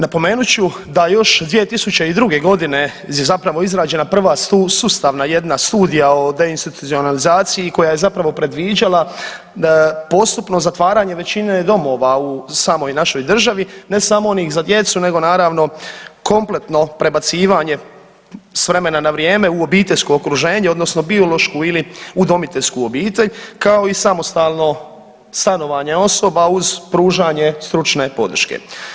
Napomenut ću da još 2002. godine je zapravo izrađena prva sustavna jedna studija o deinstitucionalizaciji koja je zapravo predviđala postupno zatvaranje većine domova u samoj našoj državi, ne samo onih za djecu, nego naravno kompletno prebacivanje s vremena na vrijeme u obiteljsko okruženje, odnosno biološku ili udomiteljsku obitelj kao i samostalno stanovanje osoba uz pružanje stručne podrške.